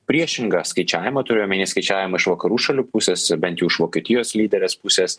priešingą skaičiavimą turiu omeny skaičiavimą iš vakarų šalių pusės bent jau iš vokietijos lyderės pusės